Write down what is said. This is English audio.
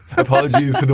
apologize.